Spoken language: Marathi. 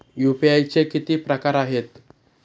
यू.पी.आय चे किती प्रकार आहेत?